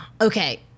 Okay